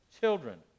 Children